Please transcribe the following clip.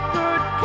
good